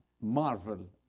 marvel